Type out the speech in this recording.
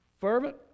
fervent